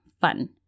fun